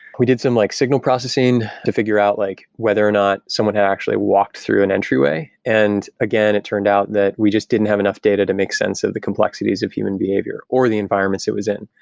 we did some like signal processing to figure out like whether or not someone had actually walked through an entryway. and again, it turned out that we just didn't have enough data to make sense of the complexities of human behavior or the environments it was in.